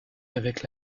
avec